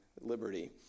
Liberty